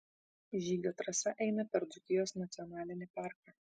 žygio trasa eina per dzūkijos nacionalinį parką